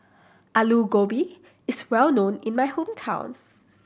Alu Gobi is well known in my hometown